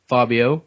Fabio